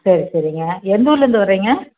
சரி சரிங்க எந்த ஊரில் இருந்து வரீங்க